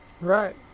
Right